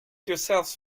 yourselves